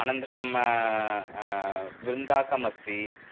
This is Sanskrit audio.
अनन्तरं वृन्ताकमस्ति